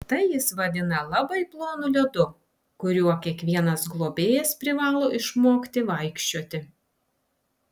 tai jis vadina labai plonu ledu kuriuo kiekvienas globėjas privalo išmokti vaikščioti